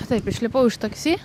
taip išlipau iš taksi